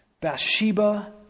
Bathsheba